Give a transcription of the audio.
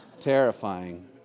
terrifying